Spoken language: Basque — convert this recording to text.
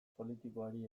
politikoari